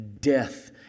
death